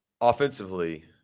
offensively